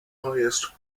highest